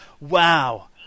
Wow